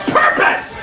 purpose